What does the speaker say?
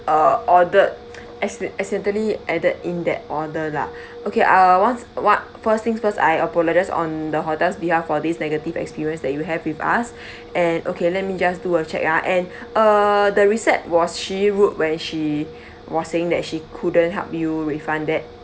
uh ordered acci~ accidentally added in that order lah okay uh once what first things first I apologise on the hotel's behalf for this negative experience that you have with us and okay let me just do a check ah and uh the recep was she rude when she was saying that she couldn't help you refund that